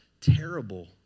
terrible